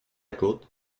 côte